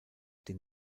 den